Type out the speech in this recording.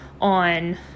on